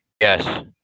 Yes